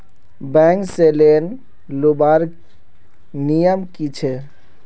Bank से loan लुबार नियम की छे?